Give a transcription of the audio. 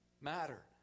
matter